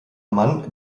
mann